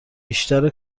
بیشتر